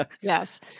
Yes